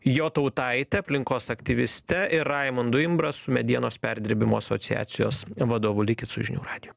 jotautaite aplinkos aktyviste ir raimondu imbrasu medienos perdirbimo asociacijos vadovu likit su žinių radiju